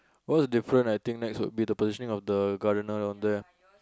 what's the difference I think next will be the positioning of the gardener down there